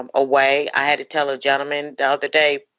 and away. i had to tell a gentleman the other day,